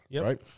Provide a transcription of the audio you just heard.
right